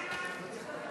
מי נגד?